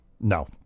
No